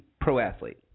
pro-athlete